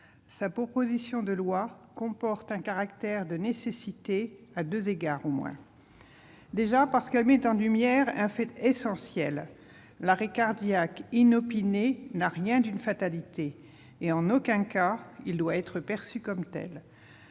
sa proposition de loi comporte un caractère de nécessité à au moins deux égards. Déjà, parce qu'elle met en lumière un fait essentiel : l'arrêt cardiaque inopiné n'a rien d'une fatalité et, en aucun cas, il ne doit être perçu comme tel.